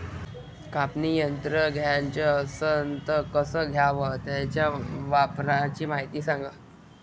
कापनी यंत्र घ्याचं असन त कस घ्याव? त्याच्या वापराची मायती सांगा